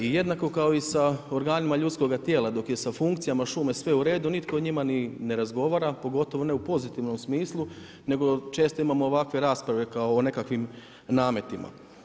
I jednako kao i sa organima ljudskoga tijela, dok je sa funkcijama šume sve u redu, nitko o njima ni ne razgovara, pogotovo ne u pozitivnom smislu, nego često imamo ovakve rasprave, kao o nekakvim nametima.